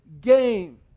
game